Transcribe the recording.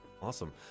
Awesome